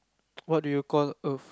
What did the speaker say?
what do you called Earth